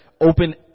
open